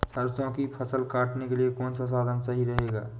सरसो की फसल काटने के लिए कौन सा साधन सही रहेगा?